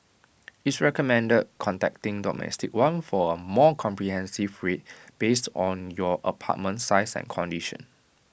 it's recommended contacting domestic one for A more comprehensive rate based on your apartment size and condition